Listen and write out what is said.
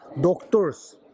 doctors